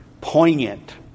poignant